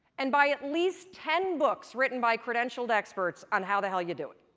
and buy at least ten books written by credentialed experts on how the hell you do it.